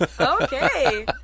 Okay